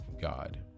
God